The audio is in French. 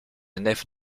nef